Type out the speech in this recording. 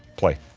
play